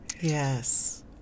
Yes